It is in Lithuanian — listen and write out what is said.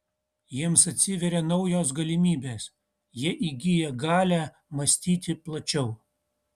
jiems atsiveria naujos galimybės jie įgyja galią mąstyti plačiau